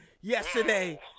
yesterday